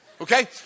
Okay